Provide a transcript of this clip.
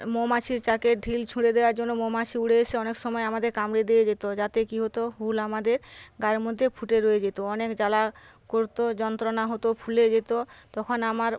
মৌমাছির চাকে ঢিল ছুঁড়ে দেওয়ার জন্য মৌমাছি উড়ে এসে অনেক সময় আমাদের কামড়ে দিয়ে যেত যাতে কি হত হুল আমাদের গায়ের মধ্যে ফুটে রয়ে যেত অনেক জ্বালা করতো যন্ত্রণা হত ফুলে যেত তখন আমার